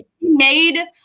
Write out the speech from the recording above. made